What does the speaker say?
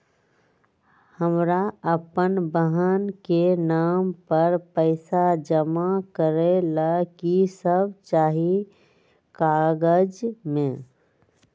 हमरा अपन बहन के नाम पर पैसा जमा करे ला कि सब चाहि कागज मे?